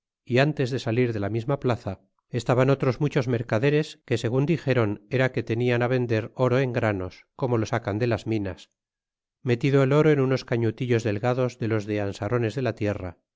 é ntes de salir de la misma plaza estaban otros muchos mercaderes que segun dixéron era que tenian vender oro en granos como lo sacan de las minas metido el oro en unos cañutillos delgados de los de ansarones de la tierra